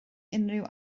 unrhyw